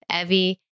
Evie